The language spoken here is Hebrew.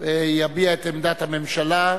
יביע את עמדת הממשלה.